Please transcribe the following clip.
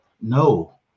no